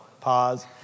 pause